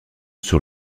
sur